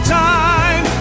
time